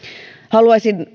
haluaisin